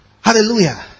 Hallelujah